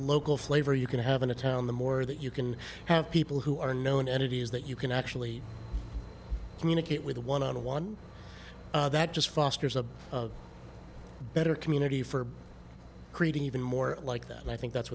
local flavor you can have in a town the more that you can have people who are known entities that you can actually communicate with one on one that just fosters a better community for creating even more like that and i think that's